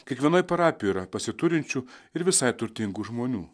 kiekvienoj parapijoj yra pasiturinčių ir visai turtingų žmonių